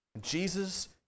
Jesus